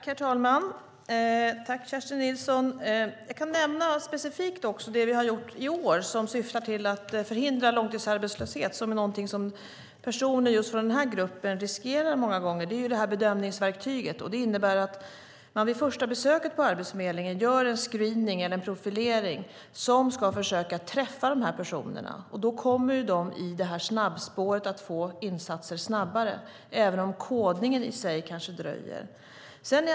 Herr talman! Tack, Kerstin Nilsson. Jag kan nämna specifikt det vi har gjort i år som syftar till att förhindra långtidsarbetslöshet, som är någonting som personer från denna grupp många gånger riskerar. Det handlar om bedömningsverktyget. Man innebär att man vid första besöket på Arbetsförmedlingen gör en screening eller profilering som ska försöka träffa dessa personer. Då kommer de i snabbspåret och får insatser snabbare även kodningen i sig kanske dröjer.